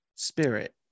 spirit